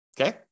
okay